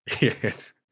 Yes